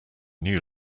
new